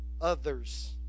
others